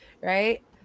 Right